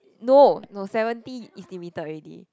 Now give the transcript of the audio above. no no seventy is limited already